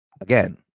Again